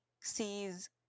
sees